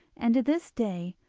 and to this day,